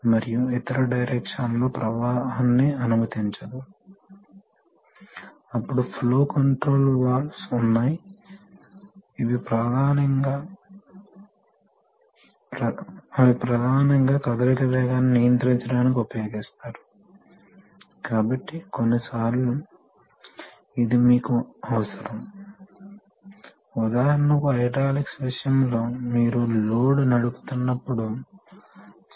మరియు ఇది యాక్చుయేటర్ వద్ద అనుపాత శక్తిని లేదా వేగాన్ని సృష్టిస్తుంది యాక్చుయేటర్ రకం బట్టి ఈ సమయంలో ఒక లీనియర్ యాక్యుయేటర్ను పరిశీలిద్దాం మరియు మేము చూసినట్లుగా పైలట్ ఆపరేటెడ్ రిలీఫ్ వాల్వ్ లో వాల్వ్ వెంట్ చేసే ప్రెషర్ ని మీరు నియంత్రించవచ్చు కాబట్టి మీరు దీన్ని ఎలా చేస్తారు పైలట్ ప్రెషర్ ని నియంత్రించడం ద్వారా మీరు దీన్ని చేస్తారు మీరు ప్రపోర్షనల్ వాల్వ్ పంప్ వద్ద ఉంచి పైలట్ ప్రెషర్ని నియంత్రించవచ్చు